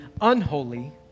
unholy